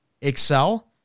excel